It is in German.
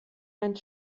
einen